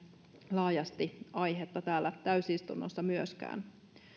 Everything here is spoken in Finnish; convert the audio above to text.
laajasti aihetta täällä täysistunnossa myöskään